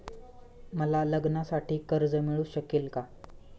मला लग्नासाठी कर्ज मिळू शकेल का?